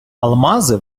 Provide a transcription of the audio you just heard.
алмази